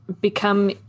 become